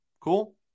Cool